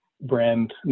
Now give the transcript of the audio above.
brand